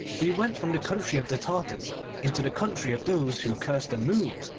we went from the country of the tartars into the country of those who curse the moon.